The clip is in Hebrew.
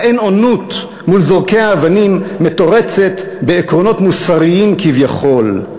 האין-אונות מול זורקי האבנים מתורצת בעקרונות מוסריים כביכול.